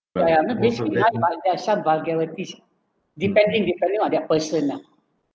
but I'm not basically mind by themselves depending depending on their person ah